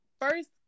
first